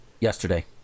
yesterday